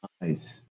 Nice